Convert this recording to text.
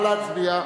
נא להצביע.